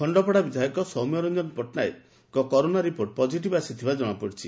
ଖଣ୍ତପଡା ବିଧାୟକ ସୌମ୍ୟରଞ୍ଞନ ପଟ୍ଟନାୟକଙ୍କ କରୋନା ରିପୋର୍ଟ ପଜିଟିଭ ଆସିଥିବା ଜଣାପଡିଛି